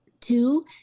Two